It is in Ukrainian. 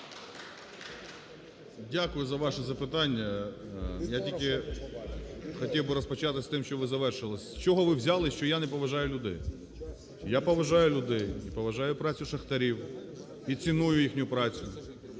Дякую за ваше запитання. Я тільки хотів би розпочати з тим, що ви завершили. З чого ви взяли, що я не поважаю людей? Я поважаю людей і поважаю працю шахтарів, і ціную їхню працю,